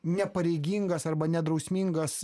nepareigingas arba nedrausmingas